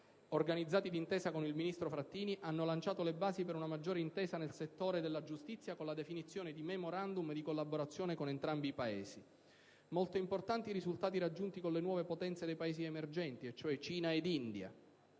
organizzati d'intesa con il ministro Frattini, hanno gettato le basi per una maggiore intesa nel settore della giustizia con la definizione di *memorandum* di collaborazione con entrambi i Paesi. Molto importanti i risultati raggiunti con le nuove potenze dei Paesi emergenti, e cioè Cina ed India.